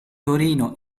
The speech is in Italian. torino